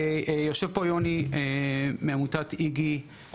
יושב פה יוני מעמותת ׳איגי׳,